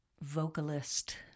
vocalist